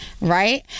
right